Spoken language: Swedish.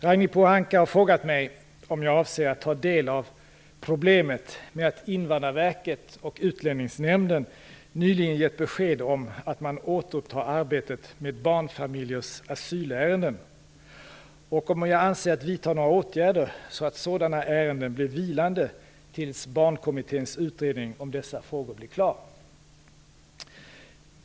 Ragnhild Pohanka har frågat mig om jag avser att ta del av "problemet" med att Invandrarverket och Utlänningsnämnden nyligen gett besked om att man återupptar arbetet med barnfamiljers asylärenden och om jag avser att vidta några åtgärder så att sådana ärenden blir vilande tills Barnkommitténs utredning om dessa frågor blir klar.